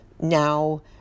now